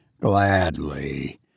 Gladly